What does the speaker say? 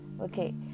okay